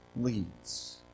leads